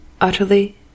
Utterly